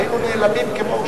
אין לי בעיה עם זה,